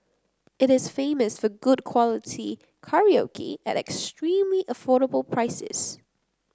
it is famous for good quality karaoke at extremely affordable prices